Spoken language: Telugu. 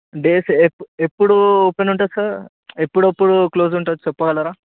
డేస్ ఎప్పు ఎప్పుడు ఓపెన్ ఉంటుంది సార్ ఎప్పుడెప్పుడు క్లోజ్ ఉంటుంది చెప్పగలరా